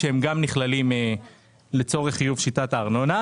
נכלל לצורך חיוב הארנונה.